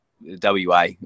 WA